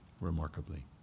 remarkably